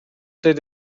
did